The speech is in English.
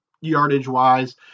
yardage-wise